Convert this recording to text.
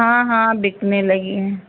हाँ हाँ बिकने लगी हैं